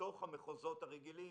בתוך המחוזות הרגילים,